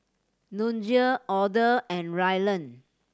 Nunzio Oda and Ryland